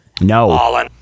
No